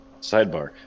Sidebar